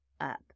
up